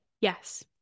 Yes